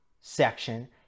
section